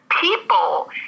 People